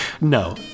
No